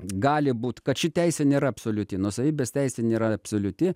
gali būti kad ši teisė nėra absoliuti nuosavybės teisė nėra absoliuti